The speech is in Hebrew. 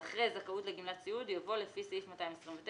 ואחרי "זכאות לגמלת סיעוד" יבוא: "לפי סעיף 229,